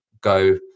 go